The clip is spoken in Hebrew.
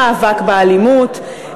למאבק באלימות,